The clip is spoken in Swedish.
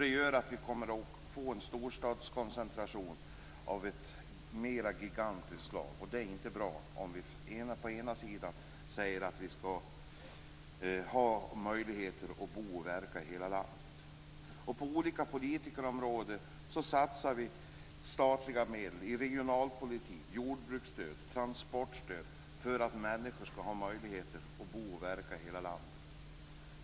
Det leder till en storstadskoncentration av ett gigantiskt slag. Det är inte bra om vi samtidigt säger att vi skall ha möjligheter att bo och verka i hela landet. På olika politikområden satsar vi statliga medel, för regionalpolitik, jordbruksstöd och transportstöd, för att människor skall ha möjligheter att bo och verka i hela landet.